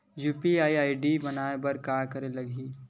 UPI ID बनाये बर का करे ल लगही?